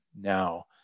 now